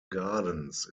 gardens